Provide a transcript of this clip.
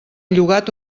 llogat